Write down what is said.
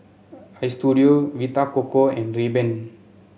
Istudio Vita Coco and Rayban